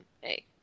Hey